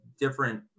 different